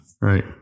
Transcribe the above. Right